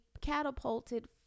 catapulted